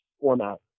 format